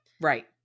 Right